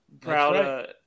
Proud